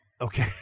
Okay